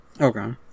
Okay